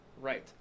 right